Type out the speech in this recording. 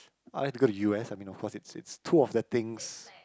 I like to go to U_S I mean of course it's it's two of the things